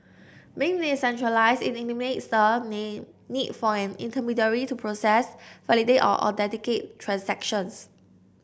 being decentralised it eliminates the need for an intermediary to process validate or authenticate transactions